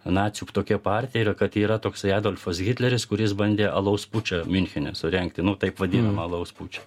nacių tokia partija ir kad yra toksai adolfas hitleris kuris bandė alaus pučą miunchene surengti nu taip vadinamą alaus pučą